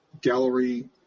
gallery